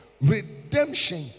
Redemption